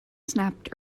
snapped